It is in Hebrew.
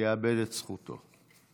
יאבד את זכותו.